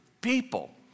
people